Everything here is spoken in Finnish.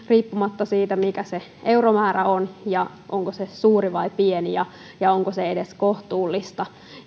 riippumatta siitä mikä se euromäärä on ja onko se suuri vai pieni ja ja onko se edes kohtuullista